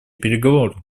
переговоры